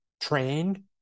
trained